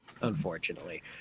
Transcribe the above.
Unfortunately